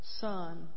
Son